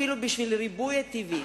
אפילו לריבוי הטבעי.